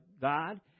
God